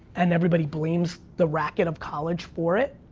and everybody blames the racket of college for it,